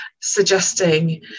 suggesting